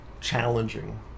challenging